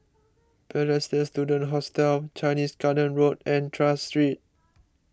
Balestier Student Hostel Chinese Garden Road and Tras Street